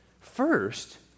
First